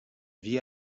vieil